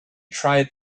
tried